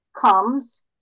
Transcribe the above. comes